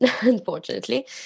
Unfortunately